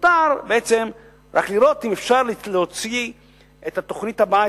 ונותר בעצם רק לראות אם אפשר להוציא את התוכנית הבאה,